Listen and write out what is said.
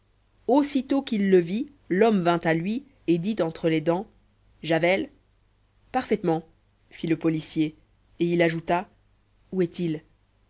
aussitôt qu'il le vit l'homme vint à lui et dit entre les dents javel parfaitement fit le policier et il ajouta où est-il